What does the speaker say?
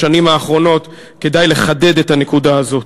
בשנים האחרונות כדאי לחדד את הנקודה הזאת.